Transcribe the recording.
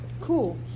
cool